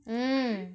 mm